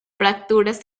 fracturas